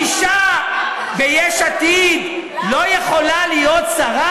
אישה ביש עתיד לא יכולה להיות שרה?